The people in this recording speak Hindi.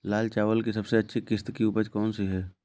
लाल चावल की सबसे अच्छी किश्त की उपज कौन सी है?